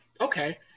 okay